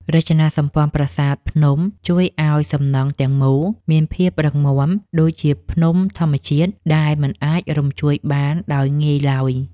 រចនាសម្ព័ន្ធប្រាសាទភ្នំជួយឱ្យសំណង់ទាំងមូលមានភាពរឹងមាំដូចជាភ្នំធម្មជាតិដែលមិនអាចរំញ្ជួយបានដោយងាយឡើយ។